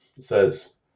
says